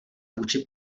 vůči